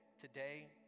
Today